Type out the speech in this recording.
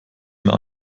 mehr